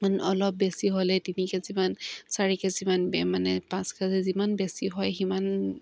মান অলপ বেছি হ'লে তিনি কে জিমান চাৰি কে জিমান মানে পাঁচ কে জি যিমান বেছি হয় সিমান